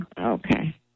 Okay